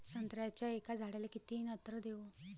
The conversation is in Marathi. संत्र्याच्या एका झाडाले किती नत्र देऊ?